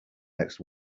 next